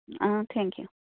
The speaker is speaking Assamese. অঁ থেংক ইউ